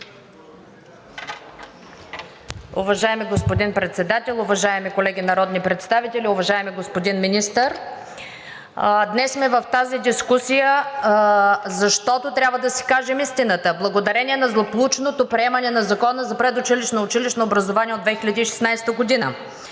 Уважаеми господин Председател, уважаеми колеги народни представители, уважаеми господин Министър! Днес сме в тази дискусия, защото трябва да си кажем истината. Благодарение на злополучното приемане на Закона за предучилищното и училищното образование от 2016 г.